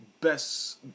best